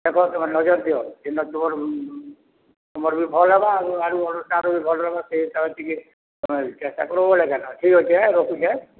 ଦେଖ ତମେ ନଜର୍ ଦିଅ ଯେନ୍ତା ତୁମର୍ ତୁମର୍ ବି ଭଲ୍ ହେବା ଆଉ ଆରୁ ଅନୁଷ୍ଠାନ୍ ର ବି ଭଲ୍ ହେବା ସେ ହିସାବରେ ଟିକେ ତମେ ଚେଷ୍ଟା କରବ୍ ବେଲେ କା'ନ ଠିକ୍ ଅଛେ ହାଏଁ ରଖୁଛେ ହାଏଁ